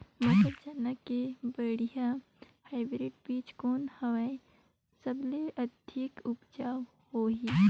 मटर, चना के बढ़िया हाईब्रिड बीजा कौन हवय? सबले अधिक उपज होही?